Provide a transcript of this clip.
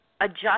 adjust